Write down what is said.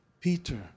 Peter